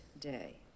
day